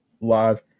live